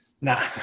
Nah